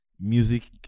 music